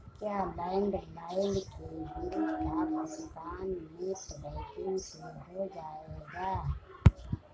क्या लैंडलाइन के बिल का भुगतान नेट बैंकिंग से हो जाएगा?